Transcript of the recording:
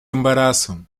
embaçaram